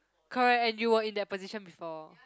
correct and you were in that position before